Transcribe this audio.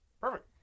Perfect